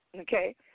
Okay